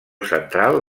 central